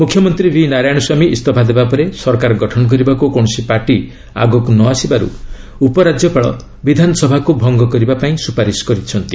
ମୁଖ୍ୟମନ୍ତ୍ରୀ ଭି ନାରାୟଣ ସ୍ୱାମୀ ଇସ୍ତଫା ଦେବା ପରେ ସରକାର ଗଠନ କରିବାକୁ କୌଣସି ପାର୍ଟି ଆଗକୁ ନ ଆସିବାରୁ ଉପରାଜ୍ୟପାଳ ବିଧାନସଭାକୁ ଭଙ୍ଗ କରିବାକୁ ସୁପାରିଶ କରିଛନ୍ତି